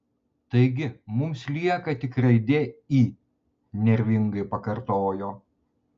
taigi mums lieka tik raidė i nervingai pakartojo